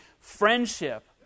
friendship